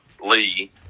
Lee